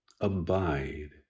abide